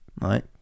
right